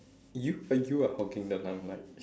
you you are hogging the limelight